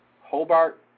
Hobart